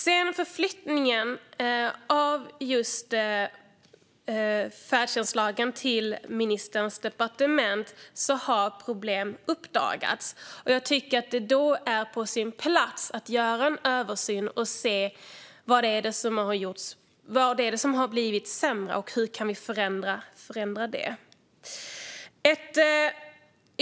Sedan färdtjänstlagen flyttades över till ministerns departement har problem uppdagats. Det är därför på sin plats att göra en översyn för att man ska se vad som har blivit sämre och hur man kan förändra det.